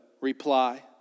reply